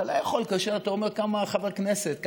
כאשר אתה אומר כמה חבר כנסת מרוויח,